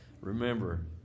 remember